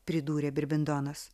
pridūrė birbindonas